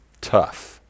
tough